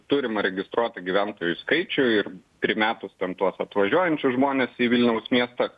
turimą registruotų gyventojų skaičių ir primetus tam tuos atvažiuojančius žmones į vilniaus miestą